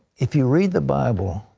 if you read the bible,